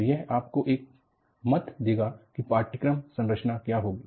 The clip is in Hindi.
तो यह आपको एक मत देगा कि पाठ्यक्रम संरचना क्या होगी